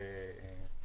הפיצוי.